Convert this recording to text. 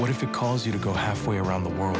what if it calls you to go halfway around the world